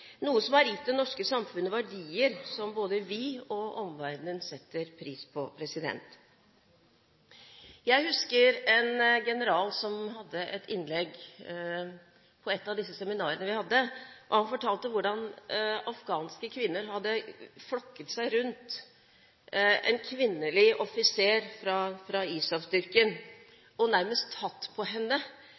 noe som har gitt det norske samfunnet verdier, som både vi og omverdenen setter pris på. Jeg husker en general som hadde et innlegg på et av disse seminarene vi hadde. Han fortalte om hvordan afghanske kvinner hadde flokket seg rundt en kvinnelig